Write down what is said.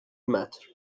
matter